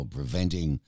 preventing